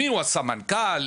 מיהו הסמנכ"ל,